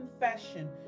confession